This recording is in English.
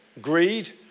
greed